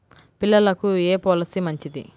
పిల్లలకు ఏ పొలసీ మంచిది?